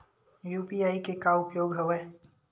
UPI के का उपयोग हवय?